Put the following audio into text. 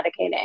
medicating